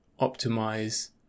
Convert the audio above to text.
optimize